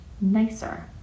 nicer